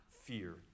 fear